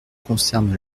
concerne